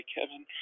Kevin